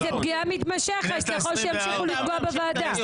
היא אמרה שהיא רואה את זה כפגיעה מתמשכת ככל שימשיכו לפגוע בוועדה.